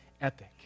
epic